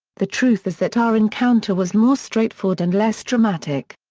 the truth is that our encounter was more straightforward and less dramatic.